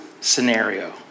scenario